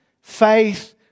faith